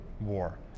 war